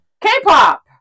K-pop